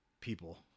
people